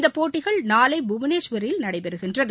இந்த போட்டிகள் நாளை புவனேஷ்வரில் நடைபெறுகின்றன